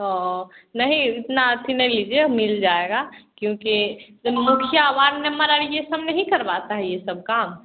ओह नहीं इतना अथी नहीं लीजिए मिल जाएगा क्योंकि मुखिया वार्ड मेम्बर आर ये सब नहीं करवाता है ये सब काम